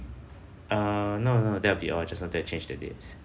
err no no that'll be all I just wanted to change the dates